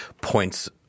points